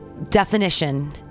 definition